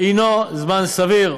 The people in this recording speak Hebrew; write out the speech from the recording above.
הוא זמן סביר.